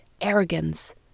arrogance